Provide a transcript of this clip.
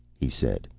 he said.